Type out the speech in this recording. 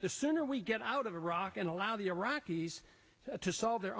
the sooner we get out of iraq and allow the iraqis to solve their